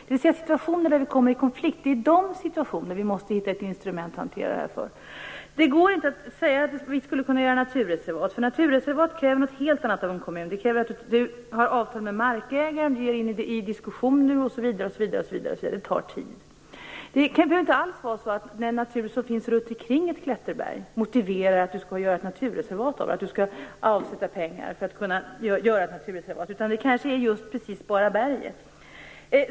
Det är i de situationer där en konflikt uppstår som vi måste hitta ett instrument för att hantera dessa saker. Det går inte att bara säga att vi skulle kunna göra naturreservat. Naturreservat ställer helt andra krav på kommunen. Det krävs då avtal med markägaren. Det blir diskussioner, och saker tar tid. Det behöver inte alls vara så att naturen runt omkring ett klätterberg motiverar att man gör ett naturreservat av området och att pengar avsätts för det ändamålet. Kanske är det bara just berget som det handlar om.